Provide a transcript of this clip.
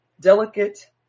delicate